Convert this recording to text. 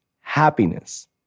happiness